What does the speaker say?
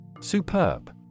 Superb